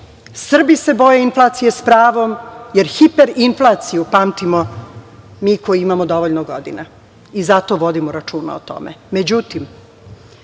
Srbi se boje inflacije s pravom, jer hiper inflaciju pamtimo mi koji imamo dovoljno godina i zato vodimo računa o